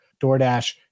DoorDash